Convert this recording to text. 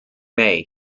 may